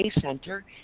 Center